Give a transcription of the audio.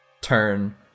turn